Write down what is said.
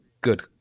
good